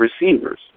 receivers